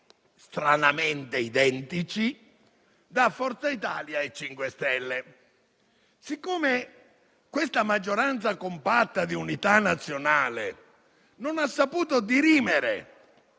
stranamente identici, da Forza Italia e dal MoVimento 5 Stelle. Poiché questa maggioranza compatta di unità nazionale non ha saputo dirimere